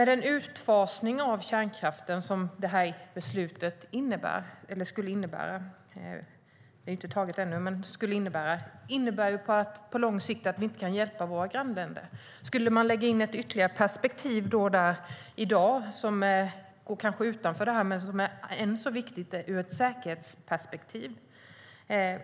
Den utfasning av kärnkraften som beslutet skulle innebära - det är inte fattat ännu - betyder att vi på lång sikt inte kan hjälpa våra grannländer. Man skulle kunna lägga in ytterligare ett perspektiv i dag som går utanför debatten men som är nog så viktigt, nämligen säkerhetsperspektivet.